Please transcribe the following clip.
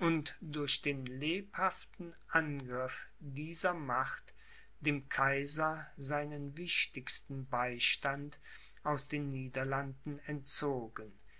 und durch den lebhaften angriff dieser macht dem kaiser seinen wichtigsten beistand aus den niederlanden entzogen